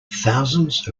thousands